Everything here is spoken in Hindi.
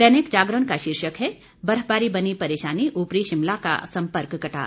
दैनिक जागरण का शीर्षक है बर्फबारी बनी परेशानी उपरी शिमला का संपर्क कटा